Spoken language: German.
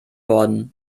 worden